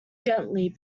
gently